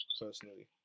personally